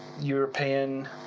European